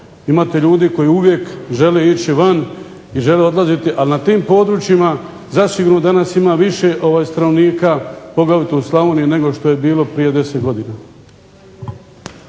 imate ljudi koji uvijek žele ići van i žele odlaziti, ali na tim područjima danas ima zasigurno više stanovnika, poglavito u Slavoniji nego što je bilo prije 10 godina.